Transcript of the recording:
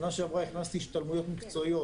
שנה שעברה הכנסתי השתלמויות מקצועיות,